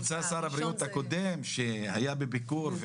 --- נמצא שר הבריאות הקודם שהיה בביקור.